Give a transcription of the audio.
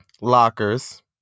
lockers